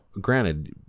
granted